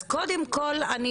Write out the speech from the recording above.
אז קודם כל צוהריים טובים.